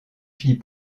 fit